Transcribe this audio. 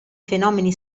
fenomeni